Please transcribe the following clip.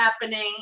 happening